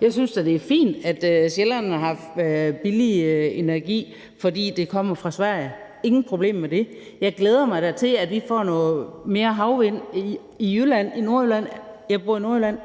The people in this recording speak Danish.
Jeg synes da, det er fint, at sjællænderne har billig energi, fordi det kommer fra Sverige – ingen problemer med det. Jeg glæder mig da til, at vi får noget mere havvind i Jylland og i Nordjylland. Jeg bor i Nordjylland,